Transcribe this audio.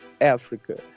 Africa